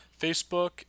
Facebook